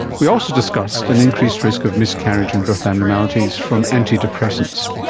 we also discussed an increased risk of miscarriage and birth abnormalities from antidepressants.